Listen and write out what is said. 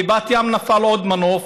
נפל בבת ים עוד מנוף,